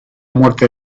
muerte